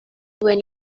when